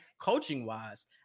coaching-wise